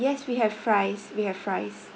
yes we have fries we have fries